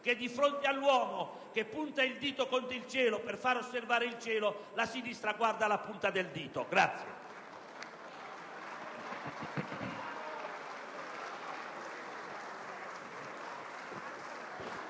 chi, di fronte all'uomo che punta il dito contro il cielo per far osservare il cielo, guarda la punta del dito.